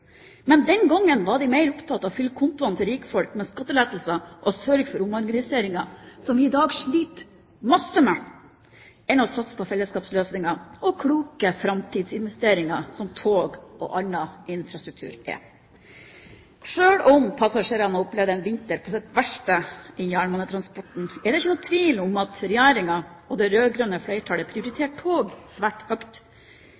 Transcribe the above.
Men den gangen var de mer opptatt av å fylle kontoene til rikfolk med skattelettelser og sørge for omorganiseringer, som vi i dag sliter mye med, enn å satse på fellesskapsløsninger og kloke framtidsinvesteringer, som tog og annen infrastruktur er. Selv om passasjerene har opplevd en vinter på sitt verste i jernbanetransporten, er det ingen tvil om at Regjeringen og det rød-grønne flertallet